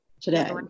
today